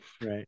Right